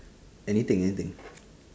anything anything